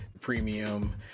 premium